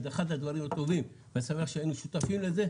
וזה אחד הדברים הטובים ואני שמח שהיינו שותפים לזה,